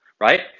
right